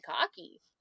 cocky